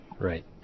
Right